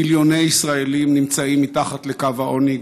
מיליוני ישראלים נמצאים מתחת לקו העוני,